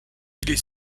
est